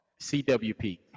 CWP